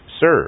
serve